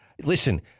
listen